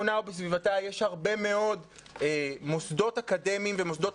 שמונה ובסביבתה יש הרבה מאוד מוסדות אקדמיים ומוסדות